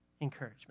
encouragement